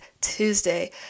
Tuesday